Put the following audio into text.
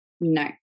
No